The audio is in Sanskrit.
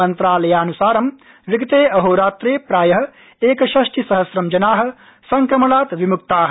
मन्त्रालयानुसारं विगते अहोरात्रे प्राय एकषष्टिसहस्रं जना संक्रमणात् विमुक्ता